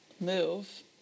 move